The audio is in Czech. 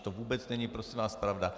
To vůbec není prosím vás pravda.